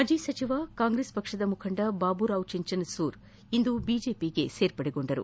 ಮಾಜಿ ಸಚಿವ ಕಾಂಗ್ರೆಸ್ ಪಕ್ಷದ ಮುಖಂಡ ಬಾಬುರಾವ್ ಚಿಂಚನಸೂರು ಅವರಿಂದು ಬಿಜೆಪಿ ಪಕ್ಷಕ್ಕೆ ಸೇರ್ಪಡೆಗೊಂಡರು